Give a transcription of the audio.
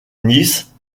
nice